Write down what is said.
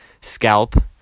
scalp